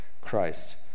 Christ